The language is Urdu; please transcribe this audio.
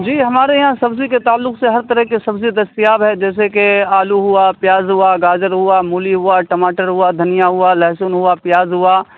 جی ہمارے یہاں سبزی کے تعلق سے ہر طرح کی سبزی دستیاب ہے جیسے کہ آلو ہوا پیاز ہوا گاجر ہوا مولی ہوا ٹماٹر ہوا دھنیا ہوا لہسن ہوا پیاز ہوا